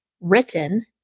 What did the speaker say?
written